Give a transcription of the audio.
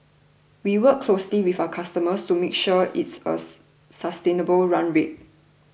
we work closely with our customer to make sure it's a sustainable run rate